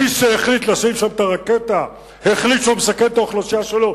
מי שהחליט לשים שם את הרקטה החליט שהוא מסכן את האוכלוסייה שלו.